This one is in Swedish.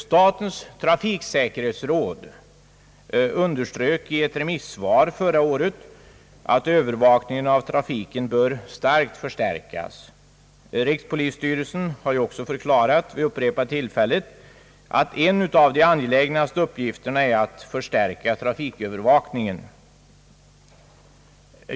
Statens trafiksäkerhetsråd underströk i ett remissvar förra året att övervakningen av trafiken borde förstärkas. Rikspolisstyrelsen har också förklarat vid upprepade tillfällen att en av de angelägnaste uppgifterna är att förstärka trafikövervakningen.